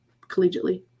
collegiately